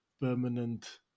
permanent